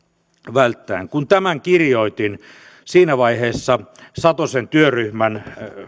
välttäen kun tämän kirjoitin siinä vaiheessa satosen työryhmän